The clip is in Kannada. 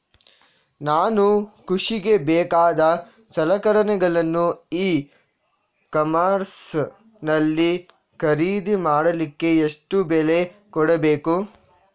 ನಾನು ಕೃಷಿಗೆ ಬೇಕಾದ ಸಲಕರಣೆಗಳನ್ನು ಇ ಕಾಮರ್ಸ್ ನಲ್ಲಿ ಖರೀದಿ ಮಾಡಲಿಕ್ಕೆ ಎಷ್ಟು ಬೆಲೆ ಕೊಡಬೇಕು?